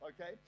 okay